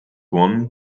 one